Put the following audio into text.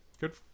good